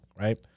right